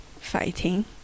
fighting